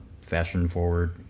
fashion-forward